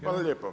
Hvala lijepo.